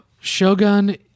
Shogun